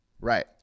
Right